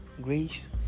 grace